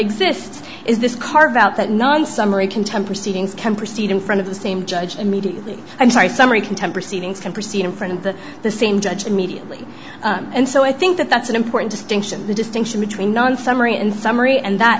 exists is this carve out that none summary contemporary seedings can proceed in front of the same judge immediately i'm sorry summary contemp receiving can proceed in front of the the same judge immediately and so i think that that's an important distinction the distinction between non summary and summary and that